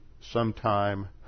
sometime